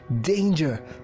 Danger